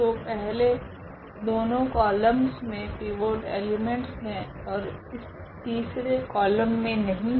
तो पहले दोनों कॉलमस मे पिवोट एलीमेंट है ओर इस तीसरे कॉलम मे नहीं है